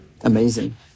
Amazing